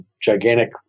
gigantic